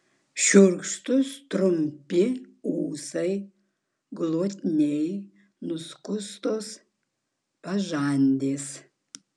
šiurkštūs trumpi ūsai glotniai nuskustos pažandės